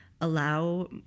allow